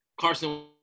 Carson